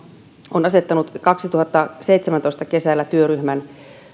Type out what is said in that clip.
on asettanut kesällä kaksituhattaseitsemäntoista työryhmän